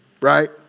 Right